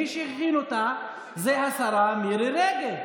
מי שהכין אותה זה השרה מירי רגב.